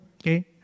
Okay